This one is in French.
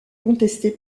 contestée